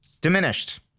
Diminished